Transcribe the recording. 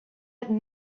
had